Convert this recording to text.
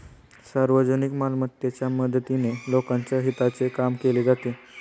सार्वजनिक मालमत्तेच्या मदतीने लोकांच्या हिताचे काम केले जाते